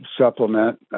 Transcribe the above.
supplement